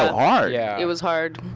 ah ah yeah it was hard.